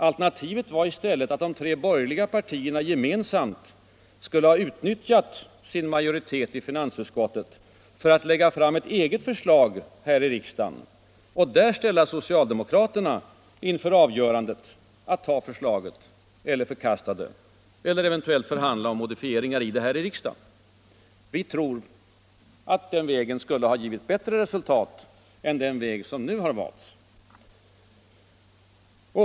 Alternativet var i stället att de tre borgerliga partierna gemensamt skulle ha utnyttjat sin majoritet i finansutskottet för att lägga fram ett eget förslag här i riksdagen och där ställa socialdemokraterna inför avgörandet — att ta förslaget eller att förkasta det eller att eventuellt förhandla om modifieringar i förslaget här i riksdagen. Vi tror att den vägen skulle ha givit ett bättre resultat än den väg som nu har valts.